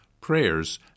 prayers